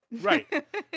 Right